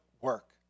work